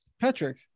Patrick